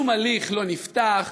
שום הליך לא נפתח,